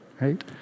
right